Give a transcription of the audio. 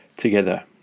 together